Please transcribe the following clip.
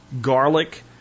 garlic